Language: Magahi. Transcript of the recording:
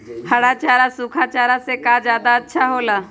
हरा चारा सूखा चारा से का ज्यादा अच्छा हो ला?